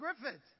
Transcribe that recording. Griffith